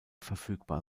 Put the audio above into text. verfügbar